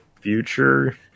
future